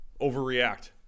overreact